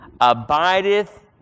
abideth